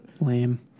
Lame